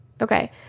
okay